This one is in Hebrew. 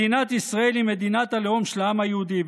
מדינת ישראל היא מדינת הלאום של העם היהודי,